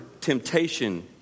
temptation